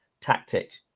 tactic